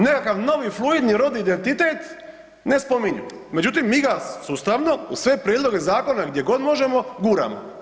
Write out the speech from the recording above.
Nekakav novi fluidni rodni identitet ne spominju međutim mi ga sustavno uz sve prijedloge zakona gdje god možemo, guramo.